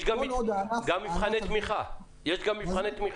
יש גם מבחני תמיכה לענף?